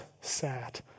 sat